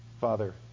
Father